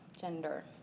gender